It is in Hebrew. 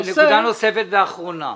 נקודה נוספת ואחרונה.